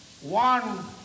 one